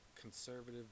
conservative